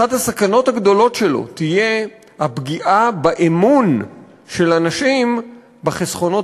אחת הסכנות הגדולות שלו תהיה הפגיעה באמון של אנשים בחסכונות